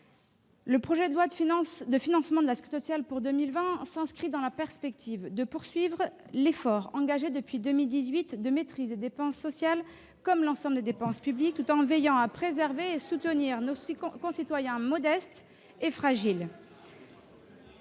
Le projet de loi de financement de la sécurité sociale pour 2020 s'inscrit dans la perspective de la poursuite de l'effort engagé depuis 2018 en matière de maîtrise des dépenses sociales, tout comme pour l'ensemble des dépenses publiques, tout en veillant à préserver et à soutenir nos concitoyens modestes et fragiles.